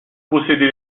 possédait